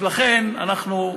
לכן אנחנו,